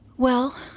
well,